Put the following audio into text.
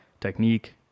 Technique